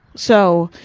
so,